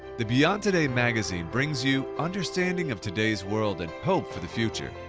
the beyond today magazine brings you understanding of today's world and hope for the future.